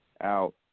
out